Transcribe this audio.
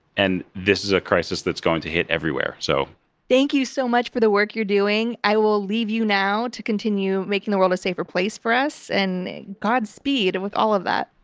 and this is a crisis that's going to hit everywhere. so thank you so much for the work you're doing. i will leave you now to continue making the world a safer place for us, and godspeed and with all of that.